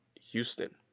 Houston